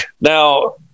Now